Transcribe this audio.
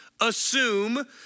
assume